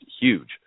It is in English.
huge